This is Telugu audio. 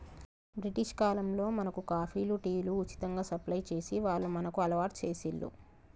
బ్రిటిష్ కాలంలో మనకు కాఫీలు, టీలు ఉచితంగా సప్లై చేసి వాళ్లు మనకు అలవాటు చేశిండ్లు